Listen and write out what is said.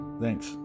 Thanks